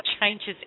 changes